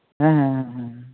ᱦᱮᱸ ᱦᱮᱸ ᱦᱮᱸ